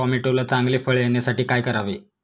टोमॅटोला चांगले फळ येण्यासाठी काय करावे?